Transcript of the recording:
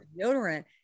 deodorant